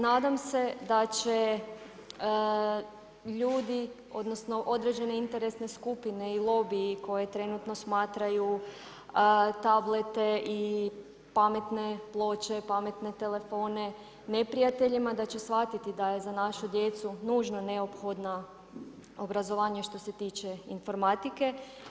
Nadam se da će ljudi, odnosno određene interesne skupine i lobiji koje trenutno smatraju tablete i pametne ploče, pametne telefone neprijateljima, da će shvatiti da je za našu djecu nužno neophodno obrazovanje što se tiče informatike.